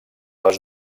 les